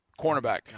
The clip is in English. cornerback